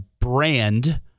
brand